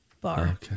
bar